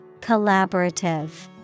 Collaborative